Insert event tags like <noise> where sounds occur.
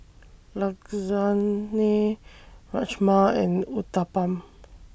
<unintelligible> Rajma and Uthapam